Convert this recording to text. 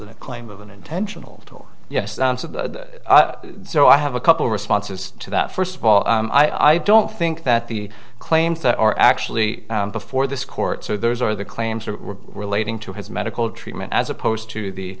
a claim of an intentional or yes so i have a couple responses to that first of all i don't think that the claims that are actually before this court so those are the claims are relating to his medical treatment as opposed to